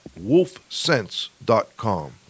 wolfsense.com